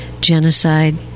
genocide